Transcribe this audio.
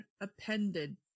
appended